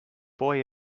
boy